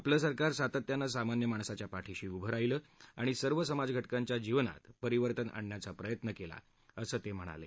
आपलं सरकार सातत्यानं सामान्य माणसाच्या पाठीशी उभं राहीलं आणि सर्व समाजघटकांच्या जीवनात परिवर्तन आणण्याचा प्रयत्न केला असं ते म्हणाले